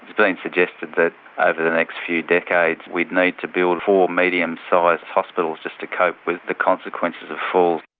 and suggested that ah over the next few decades we need to build four medium sized hospitals just to cope with the consequences of falls.